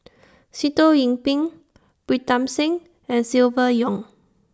Sitoh Yih Pin Pritam Singh and Silvia Yong